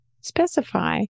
specify